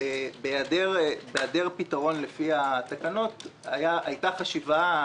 בהיעדר פתרון לפי התקנות הייתה חשיבה,